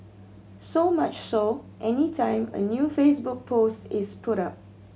so much so any time a new Facebook post is put up